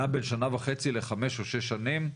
נע בין שנה וחצי לחמש או שש שנים,